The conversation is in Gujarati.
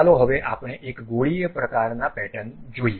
ચાલો હવે આપણે એક ગોળીય પ્રકારના પેટર્ન જોઈએ